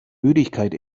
müdigkeit